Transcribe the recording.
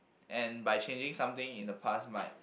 and by changing something in the past might